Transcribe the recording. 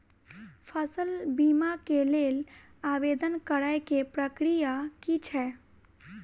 फसल बीमा केँ लेल आवेदन करै केँ प्रक्रिया की छै?